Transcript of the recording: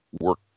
work